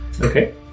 Okay